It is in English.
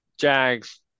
Jags